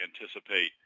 anticipate